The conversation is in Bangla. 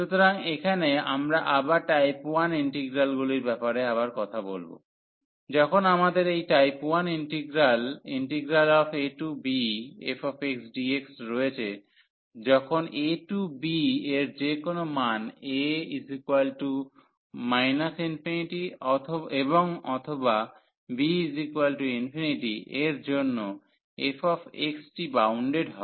সুতরাং এখানে আমরা আবার টাইপ 1 ইন্টিগ্রালগুলির ব্যাপারে আবার বলব যখন আমাদের এই টাইপ 1 ইন্টিগ্রাল abfxdx রয়েছে যখন a টু b এর যেকোনো মান a ∞এবংঅথবা b∞ এর জন্য f টি বাউন্ডেড হয়